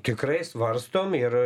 tikrai svarstom ir